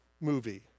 movie